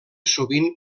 sovint